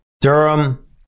Durham